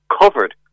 covered